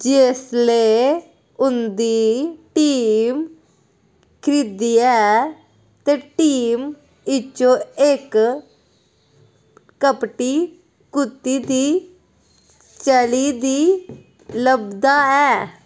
जिसलै उं'दी टीम खेढदी ऐ ते टीम इच्च इक कपटी कुत्ती दी चाल्ली दी लभदा ऐ